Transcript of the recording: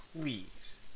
Please